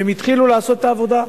והם התחילו לעשות את העבודה.